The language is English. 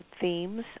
themes